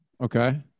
Okay